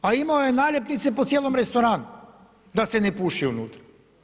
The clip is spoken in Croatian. A imao je naljepnice po cijelom restoranu, da se ne puši unutra.